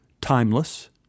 timeless